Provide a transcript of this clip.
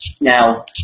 now